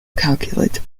calculator